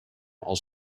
als